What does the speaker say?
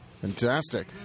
Fantastic